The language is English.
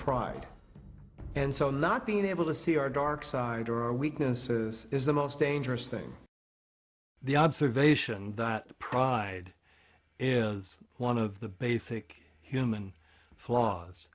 pride and so not being able to see your dark side your weaknesses is the most dangerous thing the observation that pride is one of the basic human flaws